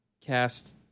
cast